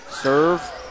Serve